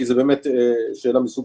כי זו באמת שאלה מסובכת.